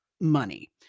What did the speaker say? money